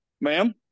Ma'am